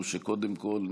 הוא שקודם כול,